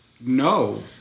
no